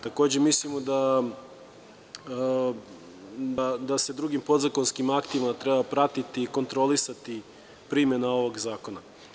Takođe, mislimo da se drugim podzakonskim aktima treba pratiti i kontrolisati primena ovog zakona.